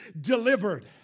delivered